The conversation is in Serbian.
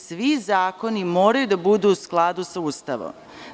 Svi zakoni moraju da budu u skladu sa Ustavom.